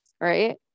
right